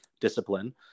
discipline